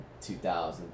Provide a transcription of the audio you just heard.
2000